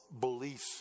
Beliefs